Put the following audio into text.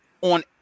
on